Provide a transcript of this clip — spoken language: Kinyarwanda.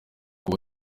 kuba